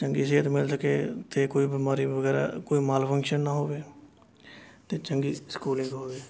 ਚੰਗੀ ਸਿਹਤ ਮਿਲ ਸਕੇ ਅਤੇ ਕੋਈ ਬੀਮਾਰੀ ਵਗੈਰਾ ਕੋਈ ਮਲਫੰਕਸ਼ਨ ਨਾ ਹੋਵੇ ਅਤੇ ਚੰਗੀ ਸਕੂਲਿੰਗ ਹੋਵੇ